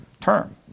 term